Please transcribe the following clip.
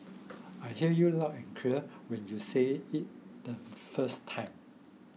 I hear you loud and clear when you said it the first time